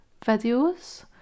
videos